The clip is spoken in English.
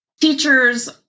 Teachers